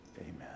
amen